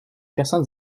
personnes